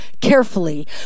carefully